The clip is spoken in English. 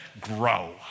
grow